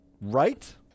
right